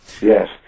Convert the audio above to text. Yes